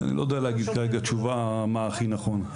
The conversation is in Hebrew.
אני לא יודע להגיד כרגע מה הכי נכון.